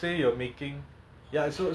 got one sugar right fructose